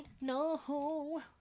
No